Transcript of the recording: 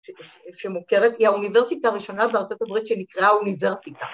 ‫שמוכרת היא האוניברסיטה הראשונה ‫בארה״ב שנקרא האוניברסיטה.